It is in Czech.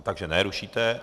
Takže ne, rušíte.